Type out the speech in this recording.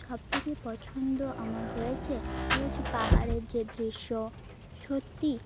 সব থেকে পছন্দ আমার হয়েছে পাহাড়ের যে দৃশ্য সত্যি